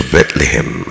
Bethlehem